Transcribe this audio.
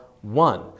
One